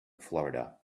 florida